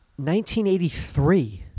1983